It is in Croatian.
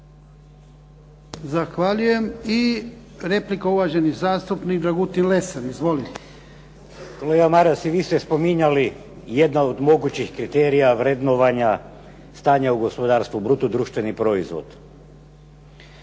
Zahvaljujem. I replika uvaženi zastupnik Dragutin Lesar izvolite. **Lesar, Dragutin (Nezavisni)** Kolega Maras i vi ste spominjali jedan od mogućih kriterija vrednovanja stanja u gospodarstvu bruto društveni proizvod.